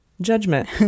judgment